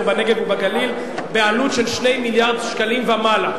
בנגב ובגליל בעלות 2 מיליארד שקל ומעלה.